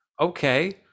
okay